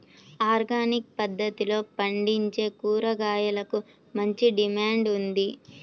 organic పద్దతిలో పండించే కూరగాయలకు మంచి డిమాండ్ ఉంది